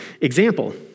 example